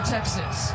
Texas